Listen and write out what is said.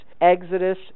Exodus